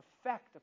effect